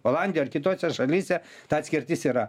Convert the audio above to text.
olandijoj ar kitose šalyse ta atskirtis yra